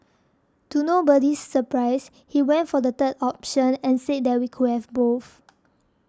to nobody's surprise he went for the third option and said that we could have both